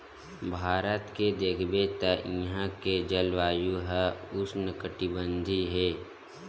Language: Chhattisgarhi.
भारत के देखबे त इहां के जलवायु ह उस्नकटिबंधीय हे